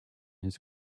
his